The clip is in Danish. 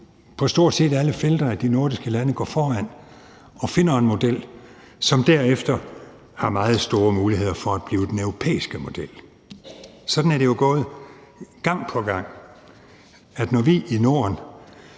på stort set alle felter, at de nordiske lande går foran og finder en model, som derefter har meget store muligheder for at blive den europæiske model. Sådan er det jo gået gang på gang: Når vi i Norden